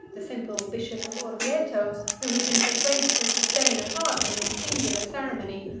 the simple bishop of orvieto, who had been persuaded to sustain a part in this singular ceremony,